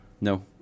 No